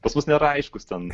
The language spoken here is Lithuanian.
pas mus nėra aiškus ten